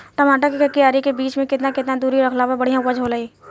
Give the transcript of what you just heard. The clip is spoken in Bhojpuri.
टमाटर के क्यारी के बीच मे केतना केतना दूरी रखला पर बढ़िया उपज होई?